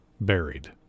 buried